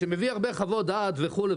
שמביא הרבה חוות דעת וכולי,